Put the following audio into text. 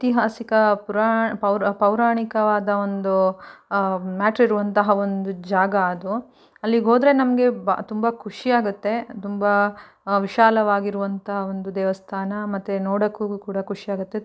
ಐತಿಹಾಸಿಕ ಪುರಾಣ ಪೌರಾಣಿಕವಾದ ಒಂದು ಮ್ಯಾಟ್ರ್ ಇರುವಂತಹ ಒಂದು ಜಾಗ ಅದು ಅಲ್ಲಿಗೆ ಹೋದರೆ ನಮಗೆ ಬ ತುಂಬ ಖುಷಿ ಆಗುತ್ತೆ ತುಂಬ ವಿಶಾಲವಾಗಿರುವಂಥ ಒಂದು ದೇವಸ್ಥಾನ ಮತ್ತು ನೋಡೋಕ್ಕೂ ಕೂಡ ಖುಷಿ ಆಗುತ್ತೆ